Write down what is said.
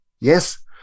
Yes